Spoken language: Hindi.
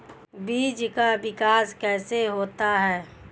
बीज का विकास कैसे होता है?